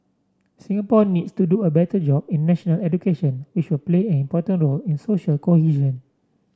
Singapore needs to do a better job in national education which will play an important role in social cohesion